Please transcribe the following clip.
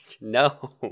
no